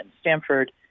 Stanford